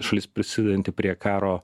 šalis prisidedanti prie karo